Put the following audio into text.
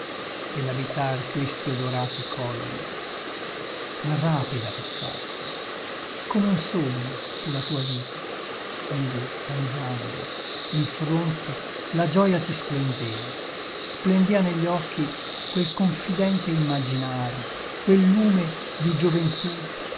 e l'abitar questi odorati colli ma rapida passasti e come un sogno fu la tua vita iva danzando in fronte la gioia ti splendea splendea negli occhi quel confidente immaginar quel lume di gioventù